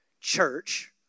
church